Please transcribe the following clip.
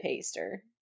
paster